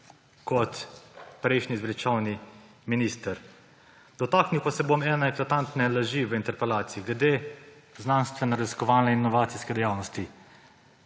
kot prejšnji zveličavni minister. Dotaknil se bom ene eklatantne laži v interpelaciji glede znanstvenoraziskovalne in inovacijske dejavnosti.